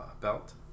belt